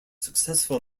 successful